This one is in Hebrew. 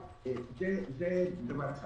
זה דבר אחד.